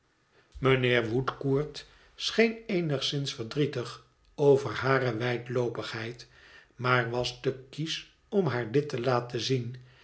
mijnheer woodcourt scheen eenigszins verdrietig over hare wijdloopigheid maar was te kiesch om haar dit te laten zien